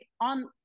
on